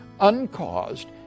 uncaused